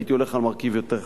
הייתי הולך על מרכיב יותר חזק.